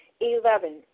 Eleven